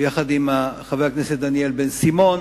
ויחד עם חבר הכנסת דניאל בן-סימון,